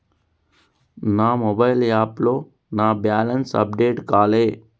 నా మొబైల్ యాప్లో నా బ్యాలెన్స్ అప్డేట్ కాలే